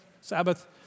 Sabbath